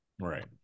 Right